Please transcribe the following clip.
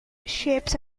shapes